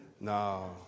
no